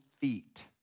feet